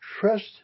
trust